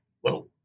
Whoa